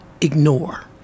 ignore